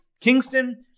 Kingston